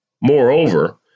Moreover